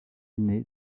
inné